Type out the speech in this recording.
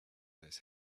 this